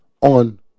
on